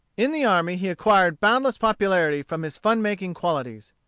in the army he acquired boundless popularity from his fun-making qualities.